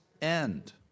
end